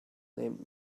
named